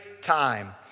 time